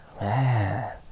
man